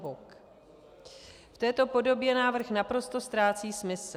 V této podobě návrh naprosto ztrácí smysl.